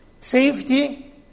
Safety